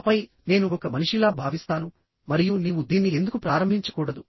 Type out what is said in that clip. ఆపై నేను ఒక మనిషిలా భావిస్తాను మరియు నీవు దీన్ని ఎందుకు ప్రారంభించకూడదు